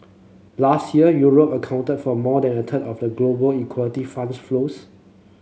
last year Europe accounted for more than a of global equality flows